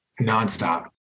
nonstop